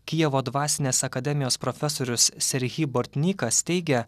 kijevo dvasinės akademijos profesorius serhy bortinykas teigia